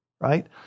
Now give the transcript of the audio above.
Right